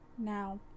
Now